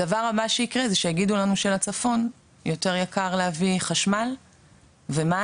הדבר הבא שיקרה שיגידו לנו שלצפון יותר יקר להביא חשמל ומים,